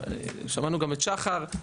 שמענו גם את שחר,